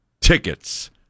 tickets